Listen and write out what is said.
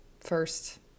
first